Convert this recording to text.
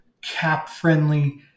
cap-friendly